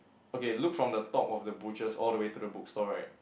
okay look from the top of the butchers all the way to the book store right